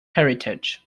heritage